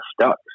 stuck